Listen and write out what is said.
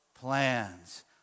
plans